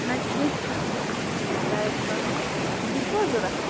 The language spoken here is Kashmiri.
نہ کیٚنہہ چھُنہٕ گایِڈ بَنَن زٕ چھُوا ضوٚرَتھ